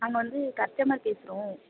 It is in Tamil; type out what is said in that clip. நாங்கள் வந்து கஸ்டமர் பேசுகிறோம்